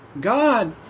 God